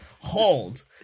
hold